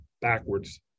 backwards